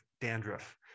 dandruff